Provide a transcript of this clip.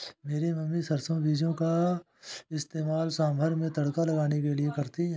मेरी मम्मी सरसों बीजों का इस्तेमाल सांभर में तड़का लगाने के लिए करती है